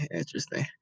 interesting